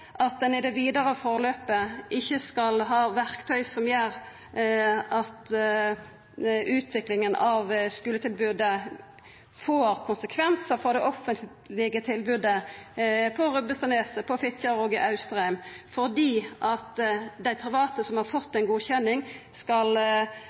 at ein i det vidare forløpet ikkje skal ha verktøy som gjer at utviklinga av skuletilbodet får konsekvensar for det offentlege tilbodet på Rubbestadneset, på Fitjar og i Austrheim, fordi dei private som har fått